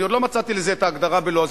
אני עוד לא מצאתי לזה את ההגדרה בלועזית,